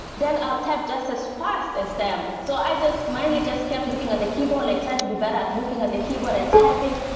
then i'll type just as fast as them. so i mainly just kept looking at the keyboard, like trying to be better at looking at the keyboard and typing.